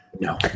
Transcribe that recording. No